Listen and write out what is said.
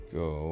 go